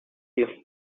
you